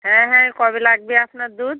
হ্যাঁ হ্যাঁ কবে লাগবে আপনার দুধ